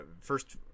first